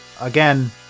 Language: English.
Again